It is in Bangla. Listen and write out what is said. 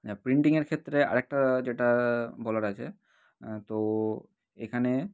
আচ্ছা প্রিন্টিংয়ের ক্ষেত্রে আরেকটা যেটা বলার আছে তো এখানে